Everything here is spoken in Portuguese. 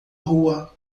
rua